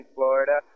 Florida